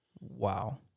Wow